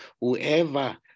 whoever